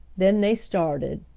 then they started.